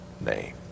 name